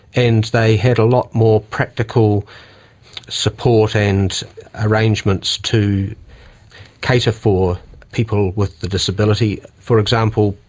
and they had a lot more practical support and arrangements to cater for people with a disability. for example,